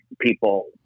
people